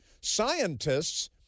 Scientists